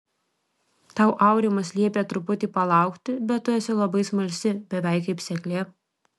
tau aurimas liepė truputį palaukti bet tu esi labai smalsi beveik kaip seklė